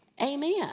Amen